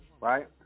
Right